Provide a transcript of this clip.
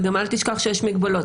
וגם אל תשכח שיש מגבלות.